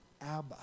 Abba